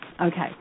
Okay